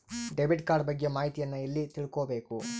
Debit card ಬಗ್ಗೆ ಮಾಹಿತಿಯನ್ನ ಎಲ್ಲಿ ತಿಳ್ಕೊಬೇಕು?